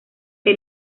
que